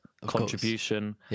contribution